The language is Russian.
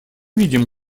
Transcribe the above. видим